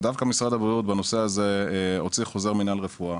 משרד הבריאות הוציא חוזר מינהל רפואה